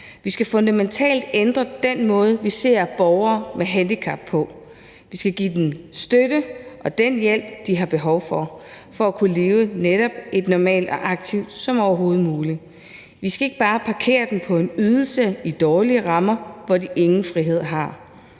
Vi skal fundamentalt ændre den måde, vi ser borgere med handicap på. Vi skal give dem støtte og den hjælp, de har behov for for netop at kunne leve så normalt og aktivt som overhovedet muligt. Vi skal ikke bare parkere dem på en ydelse i dårlige rammer, hvor de ingen frihed har.